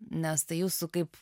nes tai jūsų kaip